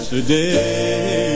today